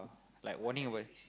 like warning over this